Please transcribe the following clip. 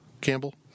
Campbell